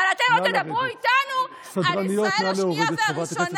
אבל אתם לא תדברו איתנו על ישראל השנייה והראשונה.